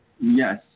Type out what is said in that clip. Yes